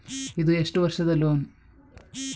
ಇದು ಎಷ್ಟು ವರ್ಷದ ಲೋನ್?